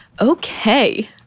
Okay